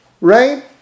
Right